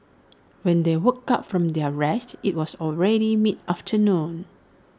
when they woke up from their rest IT was already mid afternoon